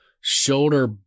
Shoulder